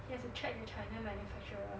you have to check their china manufacturer